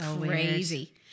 crazy